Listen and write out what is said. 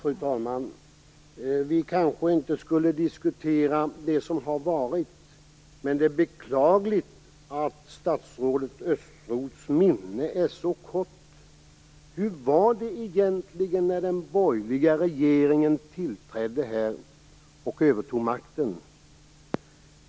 Fru talman! Vi kanske inte skall diskutera det som har varit, men det är beklagligt att statsrådet Östros minne är så kort. Hur var det egentligen när den borgerliga regeringen tillträdde och övertog makten?